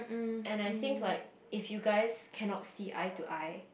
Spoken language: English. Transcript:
and I think like if you guys cannot see eye to eye